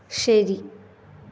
ശരി